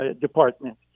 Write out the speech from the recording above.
department